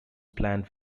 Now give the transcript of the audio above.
plant